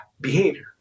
behavior